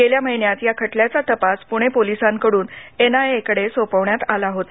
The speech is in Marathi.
गेल्या महिन्यात ह्या खटल्याचा तपास पूणे पोलिसांकडून एनआयए कडे सोपवण्यात आला होता